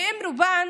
ועם רובן